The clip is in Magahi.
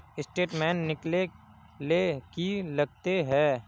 स्टेटमेंट निकले ले की लगते है?